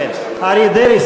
אריה דרעי,